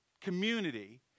community